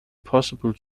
possible